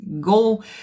go